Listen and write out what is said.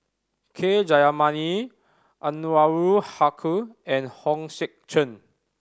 K Jayamani Anwarul Haque and Hong Sek Chern